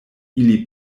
ili